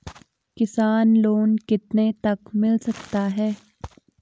किसान लोंन कितने तक मिल सकता है?